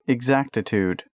Exactitude